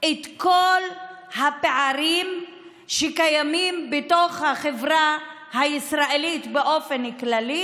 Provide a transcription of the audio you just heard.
את כל הפערים שקיימים בתוך החברה הישראלית באופן כללי,